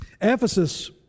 Ephesus